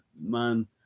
man